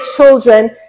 children